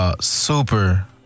Super